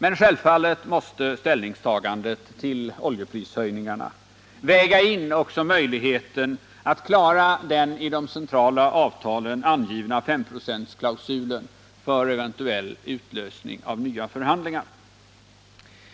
Men självfallet måste man vid ett ställningstagande till oljeprishöjningar också väga in möjligheten att klara den i de centrala avtalen angivna femprocentsklausulen för eventuell utlösning av nya förhandlingar.